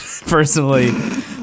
personally